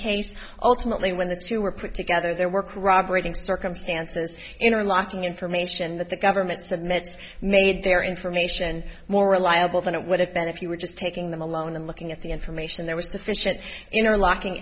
case ultimately when the two were put together there were corroborating circumstances interlocking information that the government submits made their information more reliable than it would have been if you were just taking them alone and looking at the information there was sufficient interlocking